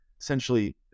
essentially